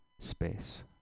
space